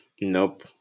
Nope